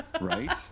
Right